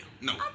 No